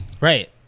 right